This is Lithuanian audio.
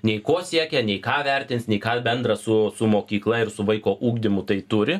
nei ko siekia nei ką vertins nei ką bendra su su mokykla ir su vaiko ugdymu tai turi